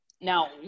now